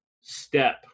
step